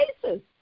places